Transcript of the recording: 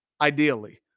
ideally